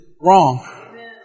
wrong